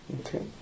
Okay